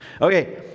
Okay